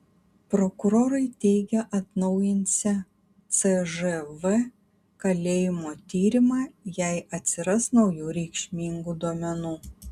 prokurorai teigia atnaujinsią cžv kalėjimo tyrimą jei atsiras naujų reikšmingų duomenų